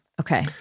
Okay